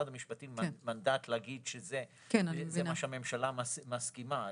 המשפטים מנדט להגיד שזה מה שהממשלה מסכימה.